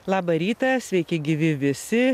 labą rytą sveiki gyvi visi